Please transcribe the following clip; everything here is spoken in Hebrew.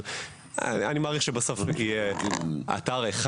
אבל אני מעריך שבסוף זה יהיה אתר אחד.